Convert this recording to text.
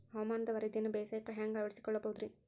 ಹವಾಮಾನದ ವರದಿಯನ್ನ ಬೇಸಾಯಕ್ಕ ಹ್ಯಾಂಗ ಅಳವಡಿಸಿಕೊಳ್ಳಬಹುದು ರೇ?